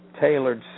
tailored